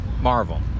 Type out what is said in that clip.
marvel